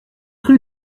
rue